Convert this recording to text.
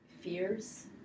fears